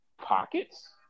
pockets